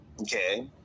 Okay